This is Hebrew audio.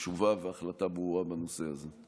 נראה תשובה והחלטה ברורה בנושא הזה.